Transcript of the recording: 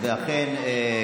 ואכן,